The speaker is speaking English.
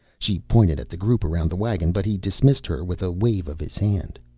she pointed at the group around the wagon but he dismissed her with a wave of his hand.